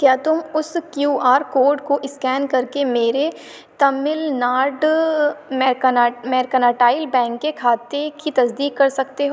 کیا تم اس کیو آر کوڈ کو اسکین کر کے میرے تمل ناڈ مرکنا مرکناٹائل بینک کے کھاتے کی تصدیق کر سکتے ہو